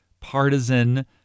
partisan